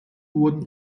wurden